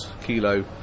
kilo